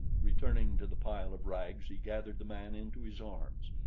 returning to the pile of rags he gathered the man into his arms.